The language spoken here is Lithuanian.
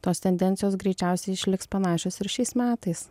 tos tendencijos greičiausiai išliks panašios ir šiais metais